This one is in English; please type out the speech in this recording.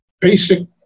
basic